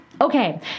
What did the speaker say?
Okay